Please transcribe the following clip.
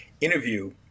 interview